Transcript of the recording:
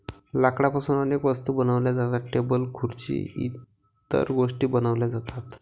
लाकडापासून अनेक वस्तू बनवल्या जातात, टेबल खुर्सी इतर गोष्टीं बनवल्या जातात